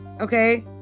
okay